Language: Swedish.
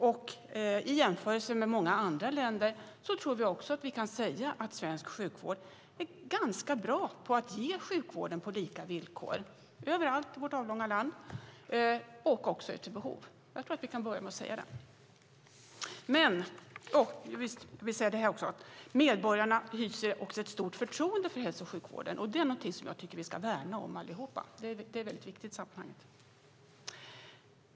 Jag tror också att vi kan säga att i jämförelse med många andra länder är svensk sjukvård ganska bra på att ge sjukvård på lika villkor överallt i vårt avlånga land och också efter behov. Jag tror att vi kan börja med att säga det. Medborgarna hyser också ett stort förtroende för hälso och sjukvården, och det är någonting som jag tycker att vi allihop ska värna om. Det är mycket viktigt i sammanhanget.